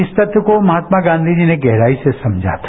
इस तथ्य को महात्मा गांधीजी ने गहराई से समझा था